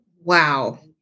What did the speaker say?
Wow